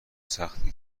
سختی